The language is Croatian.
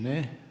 Ne.